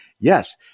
yes